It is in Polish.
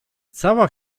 cała